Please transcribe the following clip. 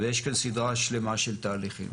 ויש כאן סדרה שלמה של תהליכים.